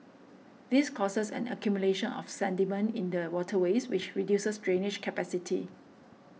this causes an accumulation of sediment in the waterways which reduces drainage capacity